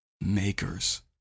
makers